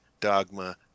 Dogma